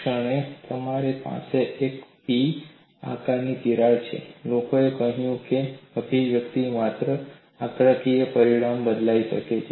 જે ક્ષણે તમારી પાસે એક પેની આકારની તિરાડ છે લોકોને લાગ્યું કે અભિવ્યક્તિ માત્ર આંકડાકીય પરિબળ બદલાઈ ગઈ છે